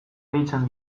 deitzen